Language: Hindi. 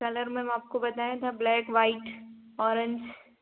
कलर में मैम आपको बताया था ब्लैक व्हाईट औरेंज